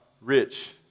rich